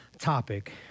topic